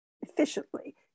efficiently